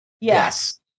Yes